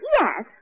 Yes